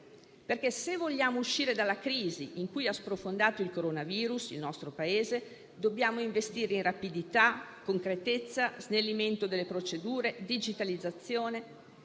Se vogliamo uscire dalla crisi in cui il coronavirus ha sprofondato il nostro Paese, dobbiamo investire in rapidità, concretezza, snellimento delle procedure e digitalizzazione.